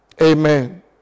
Amen